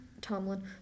Tomlin